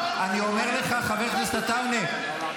חבר הכנסת עטאונה,